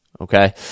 okay